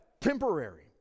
temporary